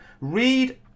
read